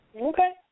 Okay